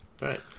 Right